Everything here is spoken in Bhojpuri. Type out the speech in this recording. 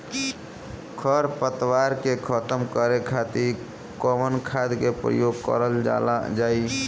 खर पतवार के खतम करे खातिर कवन खाद के उपयोग करल जाई?